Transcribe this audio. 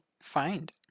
find